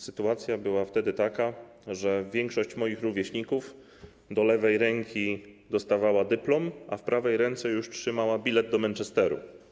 Sytuacja była taka, że większość moich rówieśników do lewej ręki dostawała dyplom, a w prawej ręce już trzymała bilet do Manchesteru.